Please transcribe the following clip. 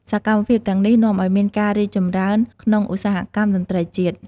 សកម្មភាពទាំងនេះនាំឱ្យមានការរីកចម្រើនក្នុងឧស្សាហកម្មតន្ត្រីជាតិ។